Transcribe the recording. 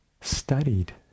studied